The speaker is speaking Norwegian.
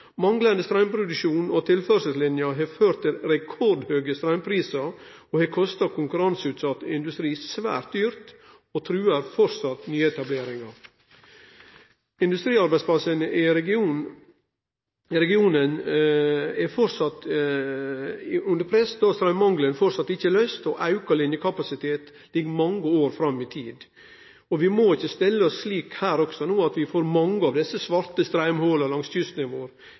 Manglande straumproduksjon og tilførselslinjer har ført til rekordhøge straumprisar og har kosta konkurranseutsett industri svært dyrt – og trugar framleis nyetableringar. Industriarbeidsplassane i regionen er framleis under press då straummangelen ikkje er løyst, og auka linjekapasitet ligg mange år fram i tid. Vi må ikkje stelle oss slik at vi får mange av desse svarte straumhòla langs